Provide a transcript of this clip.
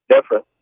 Different